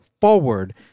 Forward